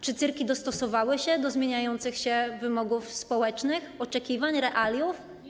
Czy cyrki dostosowały się do zmieniających się wymogów społecznych, oczekiwań, realiów?